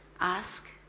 Ask